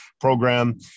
program